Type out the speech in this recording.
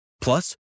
Plus